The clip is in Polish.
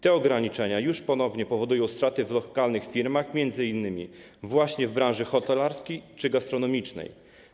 Te ograniczenia już ponownie powodują straty w lokalnych firmach, m.in. właśnie w branży hotelarskiej czy gastronomicznej.